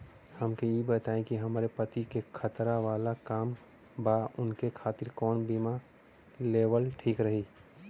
हमके ई बताईं कि हमरे पति क खतरा वाला काम बा ऊनके खातिर कवन बीमा लेवल ठीक रही?